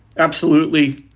absolutely.